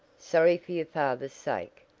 sorry for your father's sake.